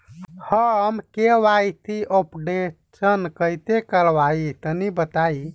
हम KYC updation कइसे करवाई तनि बताई?